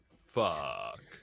Fuck